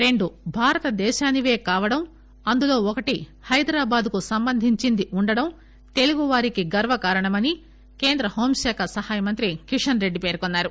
రెండు భారత దేశానిపే కావడం అందులో ఒకటి హైదరాబాద్కు సంబంధించింది ఉండటం తెలుగు వారికి గర్వకారణమని కేంద్ర హోం శాఖ సహాయ మంత్రి కిషన్ రెడ్డి పేర్కొన్నారు